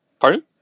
Pardon